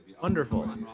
wonderful